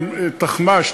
עם תחמ"ש,